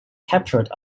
captured